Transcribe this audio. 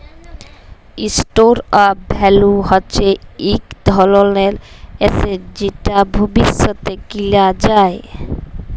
store of value হচ্যে ইক ধরলের এসেট যেট ভবিষ্যতে কিলা যায়